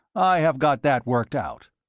i have got that worked out.